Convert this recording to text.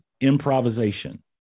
improvisation